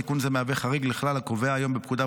תיקון זה הוא חריג לכלל הקבוע היום בפקודה,